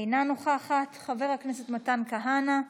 אינה נוכחת, חבר הכנסת מתן כהנא,